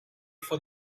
for